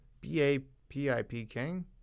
B-A-P-I-P-King